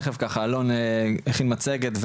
אלון הכין מצגת,